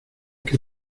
que